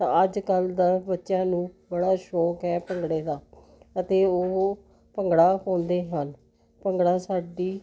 ਤਾਂ ਅੱਜ ਕੱਲ੍ਹ ਦਾ ਬੱਚਿਆਂ ਨੂੰ ਬੜਾ ਸ਼ੌਂਕ ਹੈ ਭੰਗੜੇ ਦਾ ਅਤੇ ਉਹ ਭੰਗੜਾ ਪਾਉਂਦੇ ਹਨ ਭੰਗੜਾ ਸਾਡੀ